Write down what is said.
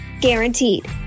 Guaranteed